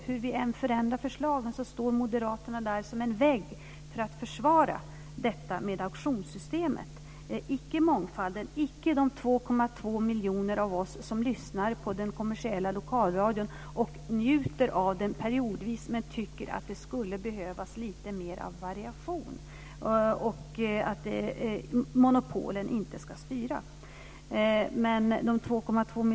Hur vi än förändrar förslagen står moderaterna där som en vägg för att försvara auktionssystemet, dvs. icke mångfalden, icke de 2,2 miljoner av oss som lyssnar på den kommersiella lokalradion och njuter av den periodvis men tycker att det skulle behövas lite mer av variation och att monopolen inte ska styra.